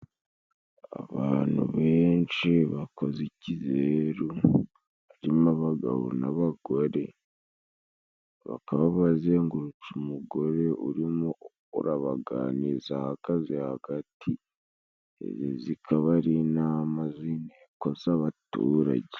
Abantu benshi bakoze ikizeru harimo abagabo n'abagore bakaba bazengurutse umugore urimo urabaganiriza ahagaze hagati zikaba ari inama z'inteko z'abaturage